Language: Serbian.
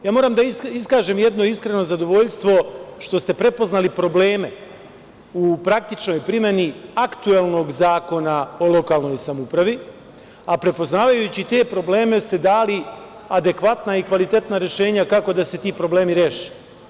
Ja moram da iskažem jedno iskreno zadovoljstvo što ste prepoznali probleme u praktičnoj primeni aktuelnog Zakona o lokalnoj samoupravi, a prepoznavajući i te probleme ste dali adekvatna i kvalitetna rešenja kako da se ti problemi reše.